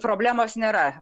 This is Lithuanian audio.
problemos nėra